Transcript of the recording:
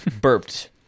Burped